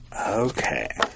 Okay